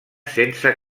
sense